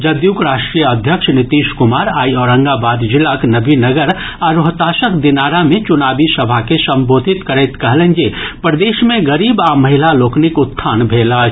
जदयूक राष्ट्रीय अध्यक्ष नीतीश कुमार आइ औरंगाबाद जिलाक नवीनगर आ रोहतासक दिनारा मे चुनावी सभा के संबोधित करैत कहलनि जे प्रदेश मे गरीब आ महिला लोकनिक उत्थान भेल अछि